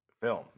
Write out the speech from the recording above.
film